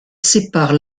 sépare